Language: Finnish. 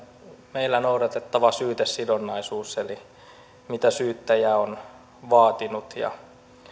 meillä noudatettava syytesidonnaisuus eli se mitä syyttäjä on vaatinut ja